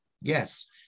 Yes